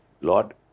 lord